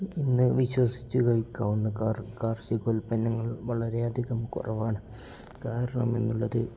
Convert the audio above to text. ഇന്നു വിശ്വസിച്ചു കഴിക്കാവുന്ന കാർഷികോൽപ്പന്നങ്ങൾ വളരെയധികം കുറവാണ് കാരണം എന്നുള്ളത്